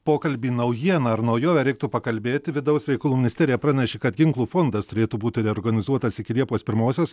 pokalbį naujieną ar naujovę reiktų pakalbėti vidaus reikalų ministerija pranešė kad ginklų fondas turėtų būti reorganizuotas iki liepos pirmosios